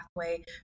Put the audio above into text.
pathway